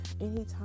Anytime